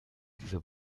dieser